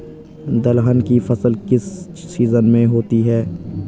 दलहन की फसल किस सीजन में होती है?